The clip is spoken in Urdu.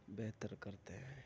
بہتر کرتے ہیں